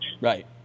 Right